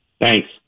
Thanks